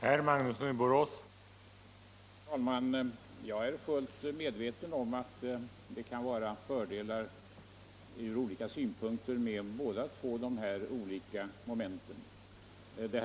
Herr talman! Jag är fullt medveten om att det kan vara fördelar ur olika synpunkter med att tillämpa båda dessa moment.